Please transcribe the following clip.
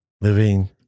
Living